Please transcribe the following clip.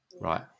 right